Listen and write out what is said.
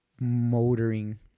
motoring